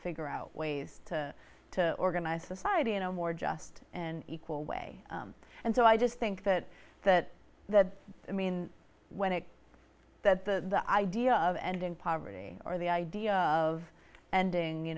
figure out ways to to organize society in a more just and equal way and so i just think that that that i mean when it that the idea of ending poverty or the idea of ending you